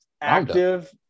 active